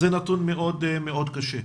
זה נתון מאוד קשה.